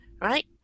Right